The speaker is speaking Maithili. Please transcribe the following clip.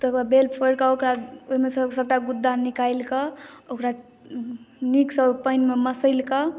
तकरबाद बेल फ़ोरि कऽ ओकरा ओहिमे सँ सबटा गुद्दा निकालि कऽ ओकरा नीक सँ पानि मे मसैल कऽ